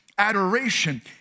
Adoration